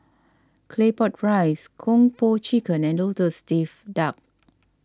Claypot Rice Kung Po Chicken and Lotus Leaf Duck